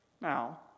Now